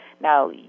Now